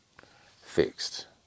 fixed